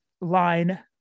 line